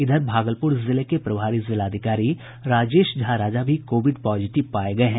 इधर भागलपुर जिले के प्रभारी जिलाधिकारी राजेश झा राजा भी कोविड पॉजिटिव पाये गये हैं